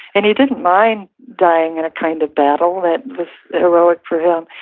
and he didn't mind dying in a kind of battle. that was heroic for him,